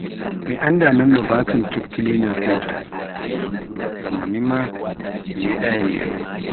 Mi anndaa non no vaccum tube cleaner huwaata, ngamma miimma mi meeɗaayi mi yi'a-nga.